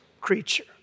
creature